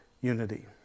unity